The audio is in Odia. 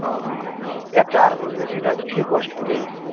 ଓହୋ ଏଚ ଆର୍ ବୋଲେ ସେଇ ପୋଷ୍ଟ କିରେ